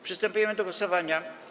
Przystępujemy do głosowania.